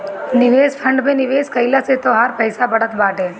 निवेश फंड में निवेश कइला से तोहार पईसा बढ़त बाटे